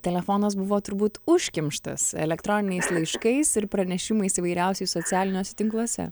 telefonas buvo turbūt užkimštas elektroniniais laiškais ir pranešimais įvairiausiais socialiniuose tinkluose